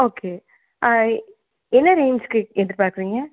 okay என்ன ரேஞ்ச்க்கு எதிர்பார்க்கிறீங்கள்